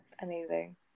amazing